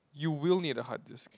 you will need a hard disk